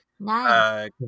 Nice